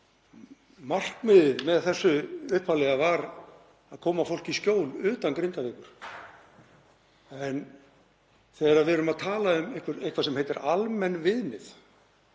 markmiðið með þessu upphaflega var að koma fólki í skjól utan Grindavíkur. En þegar við erum að tala um eitthvað sem heitir almenn viðmið